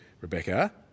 Rebecca